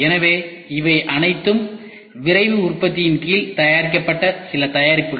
எனவே இவை அனைத்தும் விரைவு உற்பத்தியின் கீழ் தயாரிக்கப்பட்ட சில தயாரிப்புகள்